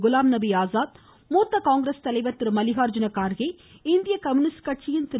குலாம்நபி ஆசாத் மூத்த காங்கிரஸ் தலைவர் மல்லிகார்ஜுன கார்கே இந்திய கம்யூனிஸ்ட் கட்சியின் திரு